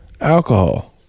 alcohol